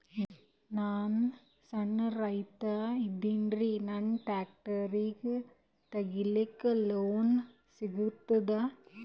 ನಾನ್ ಸಣ್ ರೈತ ಅದೇನೀರಿ ನನಗ ಟ್ಟ್ರ್ಯಾಕ್ಟರಿ ತಗಲಿಕ ಲೋನ್ ಸಿಗತದ?